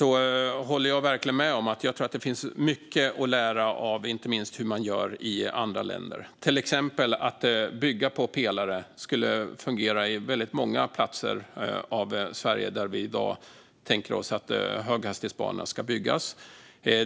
Jag håller verkligen med om att det finns mycket att lära, inte minst av hur man gör i andra länder. Att till exempel bygga på pelare skulle fungera på många platser i Sverige där vi i dag tänker oss att höghastighetsbanor ska byggas.